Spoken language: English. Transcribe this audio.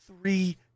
three